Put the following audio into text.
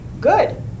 good